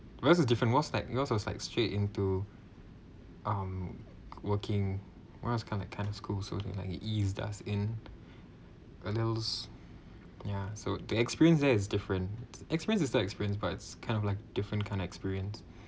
where's the different was that because I was like straight into um working whereas kind like kind of schools so that I can eased us in A levels ya so the experience there is different experience is that experience but it's kind of like different kind of experience